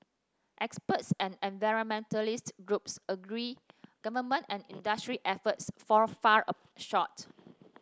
experts and environmentalist groups agree government and industry efforts fall a far of short